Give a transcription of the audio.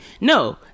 No